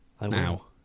Now